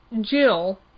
Jill